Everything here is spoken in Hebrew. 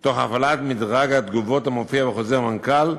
בהפעלת מדרג התגובות המופיע בחוזר מנכ"ל,